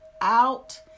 out